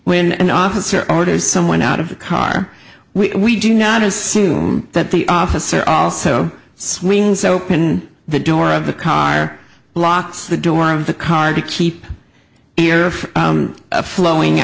when an officer orders someone out of the car we do not assume that the officer also swings open the door of the car locks the door of the car to keep the earth flowing